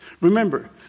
Remember